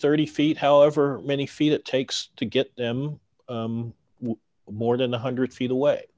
thirty feet however many feet it takes to get them more than one hundred feet away